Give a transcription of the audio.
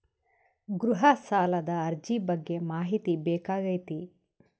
ಗೃಹ ಸಾಲದ ಅರ್ಜಿ ಬಗ್ಗೆ ಮಾಹಿತಿ ಬೇಕಾಗೈತಿ?